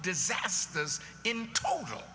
disasters in total